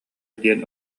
диэн